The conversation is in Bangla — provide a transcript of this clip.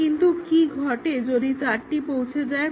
কিন্তু কি ঘটে যদি চারটে পৌঁছে যায়